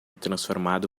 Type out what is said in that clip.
transformado